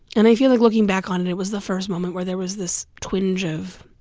and i feel like looking back on it, it was the first moment where there was this twinge of